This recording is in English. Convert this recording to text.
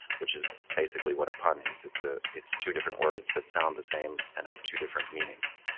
which is basically what a pun is. it's ah it's two different words that sound the same and have two different meanings.